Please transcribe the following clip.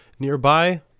nearby